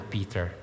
Peter